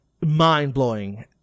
mind-blowing